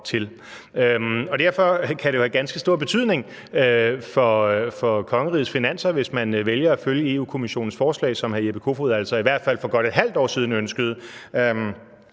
Derfor kan det jo have ganske stor betydning for kongerigets finanser, hvis man vælger at følge Europa-Kommissionens forslag, som hr. Jeppe Kofod altså i hvert fald for godt